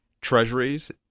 treasuries